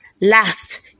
last